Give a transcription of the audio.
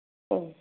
ம்